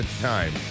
time